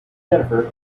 jennifer